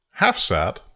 HalfSat